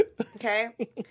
Okay